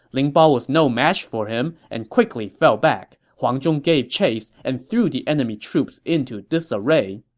ling bao was no match for him and quickly fell back. huang zhong gave chase and threw the enemy troops into disarray.